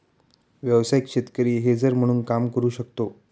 व्यावसायिक शेतकरी हेजर म्हणून काम करू शकतो